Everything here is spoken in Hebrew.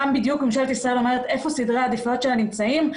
שם בדיוק ממשלת ישראל אומרת איפה סדרי העדיפויות שלה נמצאים.